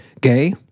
gay